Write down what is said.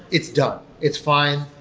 it's done. it's fine.